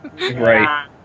Right